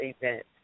event